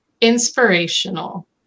inspirational